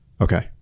okay